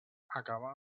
acabà